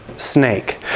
snake